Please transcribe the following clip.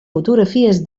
fotografies